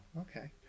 okay